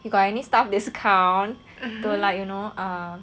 you got any staff discount though like you know um